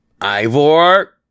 Ivor